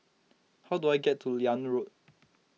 how do I get to Liane Road